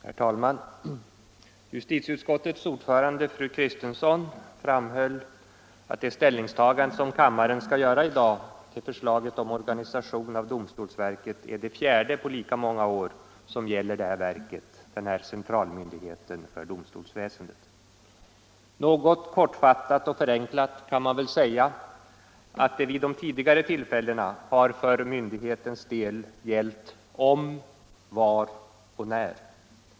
Herr talman! Justitieutskottets ordförande fru Kristensson framhöll att det ställningstagande som vi skall göra i dag till förslaget om organisation av domstolsverket är det fjärde på lika många år som gäller detta verk, denna centralmyndighet för domstolsväsendet. Något kortfattat och förenklat kan man väl säga att det vid de tidigare tillfällena för myndighetens del har gällt om, var och när.